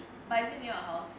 but is it near your house